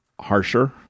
harsher